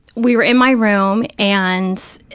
we were in my room and,